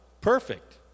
perfect